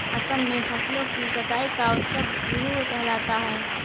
असम में फसलों की कटाई का उत्सव बीहू कहलाता है